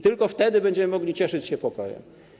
Tylko wtedy będziemy mogli cieszyć się pokojem.